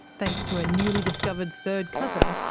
thanks to a newly-discovered third cousin,